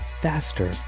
faster